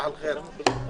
הצבעה הרוויזיה לא אושרה.